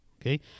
okay